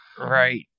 Right